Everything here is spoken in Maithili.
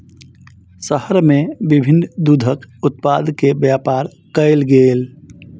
शहर में विभिन्न दूधक उत्पाद के व्यापार कयल गेल